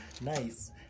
nice